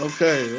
Okay